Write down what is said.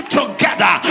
together